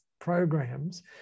programs